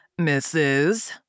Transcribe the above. Mrs